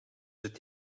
het